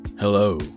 Hello